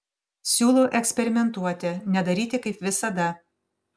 siūlau eksperimentuoti nedaryti kaip visada